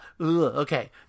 Okay